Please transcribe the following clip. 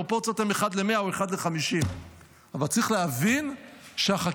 הפרופורציות הן 1:100 או 1:50. אבל צריך להבין שהחקיקה